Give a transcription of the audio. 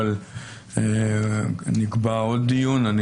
אבל נקבע עוד דיון בדיוק בסוגיה הזאת.